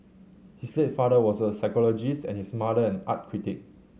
his late father was a psychologist and his mother an art critic